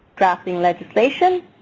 drafting legislation.